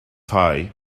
tie